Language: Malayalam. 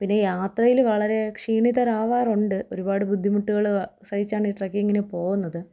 പിന്നെ യാത്രയിൽ വളരെ ക്ഷീണിതരാവാറുണ്ട് ഒരുപാട് ബുദ്ധിമുട്ടുകൾ സഹിച്ചാണ് ഈ ട്രക്കിങ്ങിന് പോവുന്നത്